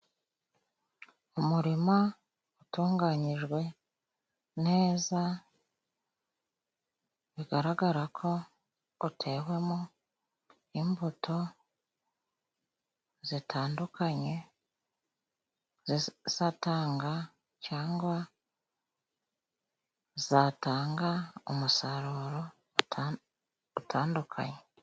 Umurima utunganyijwe neza, bigaragara ko utewemo imbuto zitandukanye zizatanga cyangwa zatanga umusaruro utandukanye.